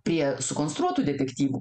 prie sukonstruotų detektyvų